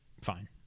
fine